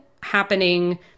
happening